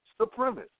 supremacist